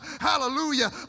Hallelujah